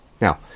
Now